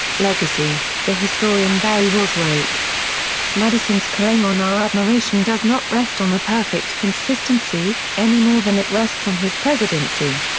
legacy the historian garry wills wrote madison's claim on our admiration does not rest on a perfect consistency, any more than it rests on his presidency.